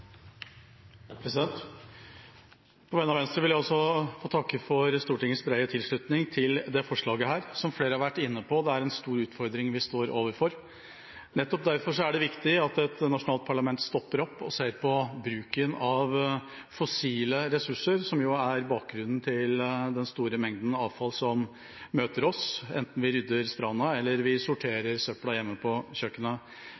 På vegne av Venstre vil jeg også takke for Stortingets brede tilslutning til vårt forslag. Som flere har vært inne på, er det en stor utfordring vi står overfor. Nettopp derfor er det viktig at et nasjonalt parlament stopper opp og ser på bruken av fossile ressurser, som jo er bakgrunnen for den store mengden avfall som møter oss, enten vi rydder stranda eller